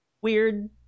weird